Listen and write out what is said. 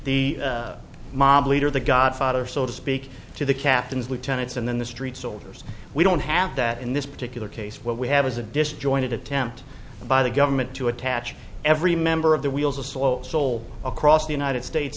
the mob leader the godfather so to speak to the captains lieutenants and then the street soldiers we don't have that in this particular case what we have is a disjointed attempt by the government to attach every member of the wheels a slow soul across the united states